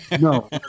No